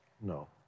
No